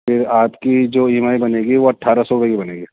پھر آپ کی جو ای ایم آئی بنے گی وہ اٹھارہ سو روپئے کی بنے گی